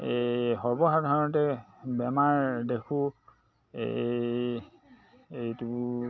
এই সৰ্বসাধাৰণতে বেমাৰ দেখোঁ এই এইটো